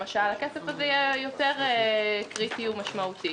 למשל, הכסף הזה יהיה יותר קריטי ומשמעותי.